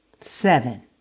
Seven